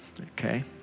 okay